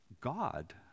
God